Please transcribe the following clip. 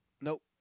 Nope